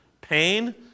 pain